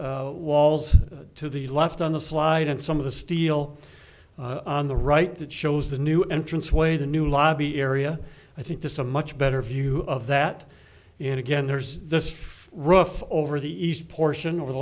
block walls to the left on the slide and some of the steel on the right that shows the new entrance way the new lobby area i think this is a much better view of that and again there's this rough over the east portion over the